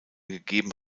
gegeben